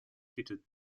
heated